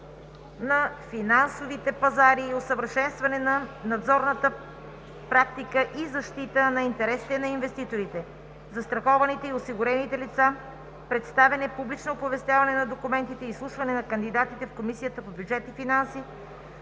на финансовите пазари, усъвършенстване на надзорната практика и защита на интересите на инвеститорите, застрахованите и осигурените лица, представяне, публично оповестяване на документите и изслушване на кандидатите в Комисията по бюджет и финанси,